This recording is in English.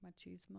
machismo